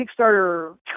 Kickstarter